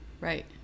right